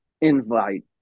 invite